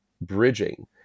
bridging